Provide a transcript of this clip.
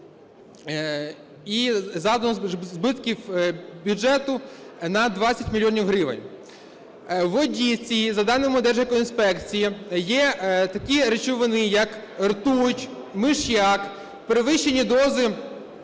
і завдано збитків бюджету на 20 мільйонів гривень. У воді цій, за даними Держекоінспекції, є такі речовини, як ртуть, миш'як, перевищені дози металів,